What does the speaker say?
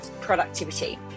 productivity